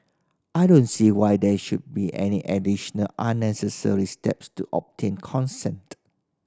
I don't see why there should be any additional unnecessary steps to obtain consent